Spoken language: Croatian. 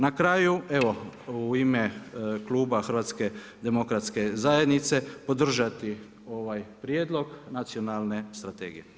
Na kraju, u ime Kluba HDZ-a podržati ovaj prijedlog nacionalne strategije.